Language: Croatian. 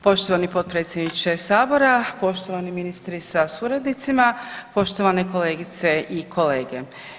Poštovani potpredsjedniče sabora, poštovani ministri sa suradnicima, poštovane kolegice i kolege.